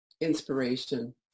inspiration